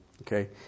Okay